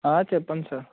చెప్పండి సార్